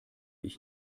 ich